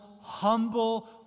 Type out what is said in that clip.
humble